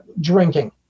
drinking